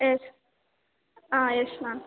yes yes ma'am